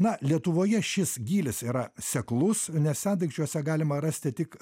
na lietuvoje šis gylis yra seklus nes sendaikčiuose galima rasti tik